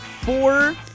four